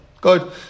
Good